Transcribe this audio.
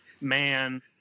man